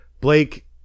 Blake